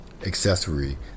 accessory